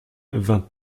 vingt